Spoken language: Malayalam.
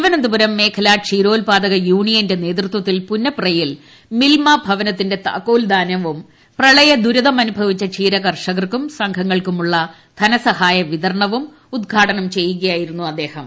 തിരുവനന്തപുരം മേഖല ക്ഷീരോത്പാദക യൂണിയന്റെ നേതൃത്വത്തിൽ പുന്നപ്രയിൽ മിൽമഭവനത്തിൻെറ താക്കോൽദാനവും പ്രളയദുരിതമനുഭവിച്ച ക്ഷീരകർഷകർക്കും സംഘങ്ങൾക്കുമുള്ള ധനസഹായ വിതരണവും ഉദ്ഘാടനം ചെയ്യുകയായിരുന്നു അദ്ദേഹം